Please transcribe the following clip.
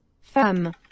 Femme